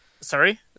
sorry